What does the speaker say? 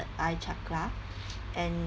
third eye chakra and